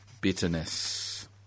bitterness